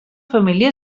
família